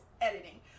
editing